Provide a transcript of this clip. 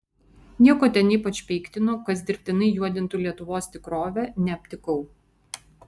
nieko ten ypač peiktino kas dirbtinai juodintų lietuvos tikrovę neaptikau